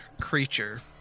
creature